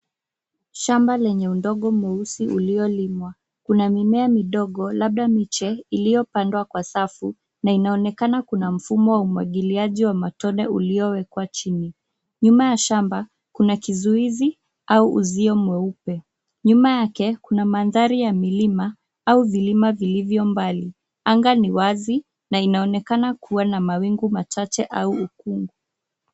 Shamba lenye udongo mweusi uliolimwa. Kuna mimea midogo, labda miche, iliyopandwa kwa safu na inaonekana kuna mfumo wa umwagiliaji wa matone uliowekwa chini. Nyuma ya shamba kuna kizuizi au uzio mweupe. Nyuma yake kuna mandhari ya milima au vilima vilivyo mbali. Anga ni wazi na inaonekana kuwa na mawingu machache au ukungu.